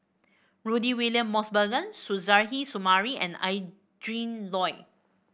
Rudy William Mosbergen Suzairhe Sumari and Adrin Loi